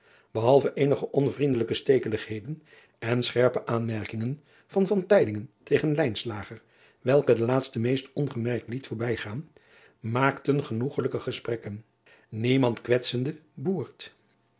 ehalve eenige onvriendelijke stekeligheden en scherpe aanmerkingen van tegen welke de laatste meest ongemerkt liet voorbijgaan maakten genoegelijke gesprekken niemand kwetsende boert